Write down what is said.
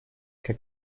как